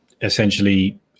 essentially